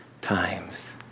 times